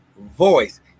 voice